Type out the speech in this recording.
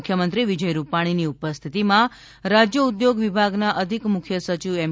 મુખ્યમંત્રી વિજય રૂપાણીની ઉપસ્થિતીમાં રાજ્યા ઉદ્યોગ વિભાગના અધિક મુખ્ય સયિવ એમ